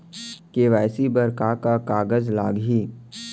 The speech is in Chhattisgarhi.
के.वाई.सी बर का का कागज लागही?